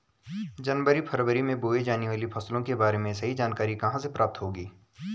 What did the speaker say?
जनवरी फरवरी में बोई जाने वाली फसलों के बारे में सही जानकारी कहाँ से प्राप्त होगी?